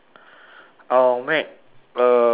I'll make um